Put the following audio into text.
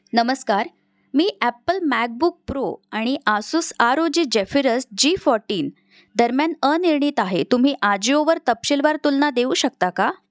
नमस्कार मी Apple MacBook Pro आणि Asus R O G Zephyrus G fourteen दरम्यान अनिर्णित आहे तुम्ही आजिओवर तपशीलवार तुलना देऊ शकता का